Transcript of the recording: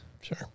Sure